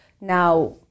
Now